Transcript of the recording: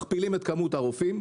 מכפילים את כמות הרופאים.